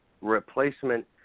replacement